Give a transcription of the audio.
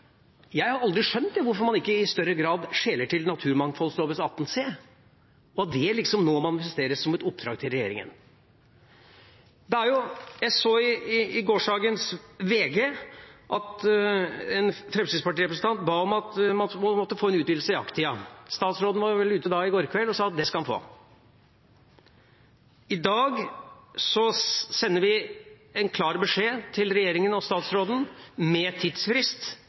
Jeg har aldri skjønt hvorfor man ikke i større grad skjeler til naturmangfoldloven § 18 c, og det manifesteres nå som et oppdrag til regjeringa. Jeg så i gårsdagens VG at en Fremskrittsparti-representant ba om at man måtte få en utvidelse av jakttida. Statsråden var vel ute i går kveld og sa at det skal han få. I dag sender vi en klar beskjed til regjeringa og statsråden med tidsfrist